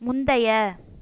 முந்தைய